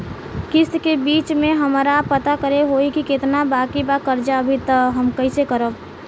किश्त के बीच मे हमरा पता करे होई की केतना बाकी बा कर्जा अभी त कइसे करम?